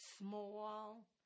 small